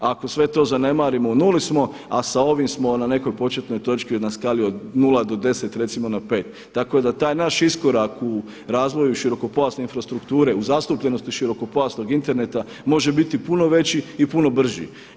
A ako sve to zanemarimo u nuli smo, a sa ovim smo na nekoj početnoj točki, na skali od 0 do 10 recimo na 5. Tako da taj naš iskorak u razvoju širokopojasne infrastrukture, u zastupljenosti širokopojasnog interneta može biti puno veći i puno brži.